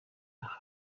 aha